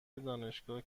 دانشگاه